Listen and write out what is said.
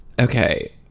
Okay